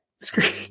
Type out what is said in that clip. Screen